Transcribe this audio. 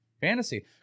Fantasy